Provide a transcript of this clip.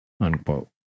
Unquote